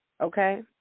okay